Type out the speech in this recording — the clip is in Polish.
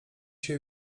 się